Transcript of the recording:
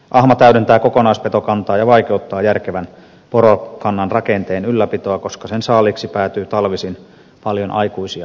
ahma täydentää kokonaispetokantaa ja vaikeuttaa järkevän porokannan rakenteen ylläpitoa koska sen saaliiksi päätyy talvisin paljon aikuisia vaatimia